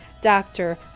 doctor